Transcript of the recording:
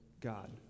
God